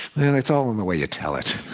i mean it's all in the way you tell it.